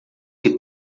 que